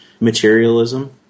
materialism